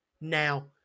Now